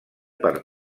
per